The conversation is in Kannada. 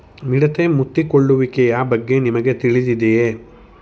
ಮಿಡತೆ ಮುತ್ತಿಕೊಳ್ಳುವಿಕೆಯ ಬಗ್ಗೆ ನಿಮಗೆ ತಿಳಿದಿದೆಯೇ?